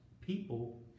people